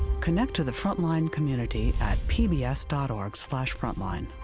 connect to the frontline community at pbs org frontline.